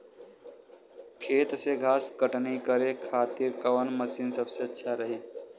खेत से घास कटनी करे खातिर कौन मशीन सबसे अच्छा रही?